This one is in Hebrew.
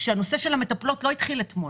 הנושא של המטפלות לא התחיל אתמול,